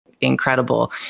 incredible